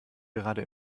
gerade